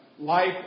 life